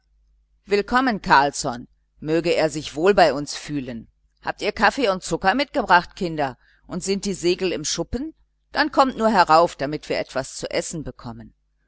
willkommen carlsson möge er sich wohl bei uns fühlen habt ihr kaffee und zucker mitgebracht kinder und sind die segel im schuppen dann kommt nur herauf damit wir etwas zu essen bekommen